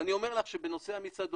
ואני אומר לך שבנושא המסעדות